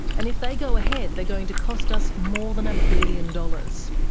and if they go ahead they're going to cost us more than a billion dollars.